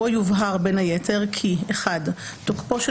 בו יובהר בין היתר כי - 1) תוקפו של